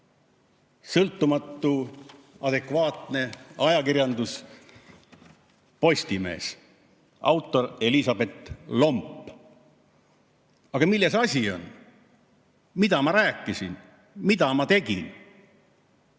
Sõltumatu, adekvaatne ajakirjandus, Postimees, autor Elisabet Lomp. Aga milles asi on? Mida ma rääkisin? Mida ma tegin?